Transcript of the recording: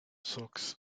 socks